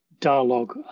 dialogue